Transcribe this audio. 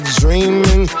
dreaming